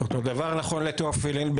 אותו דבר נכון בתה.